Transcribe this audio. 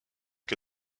que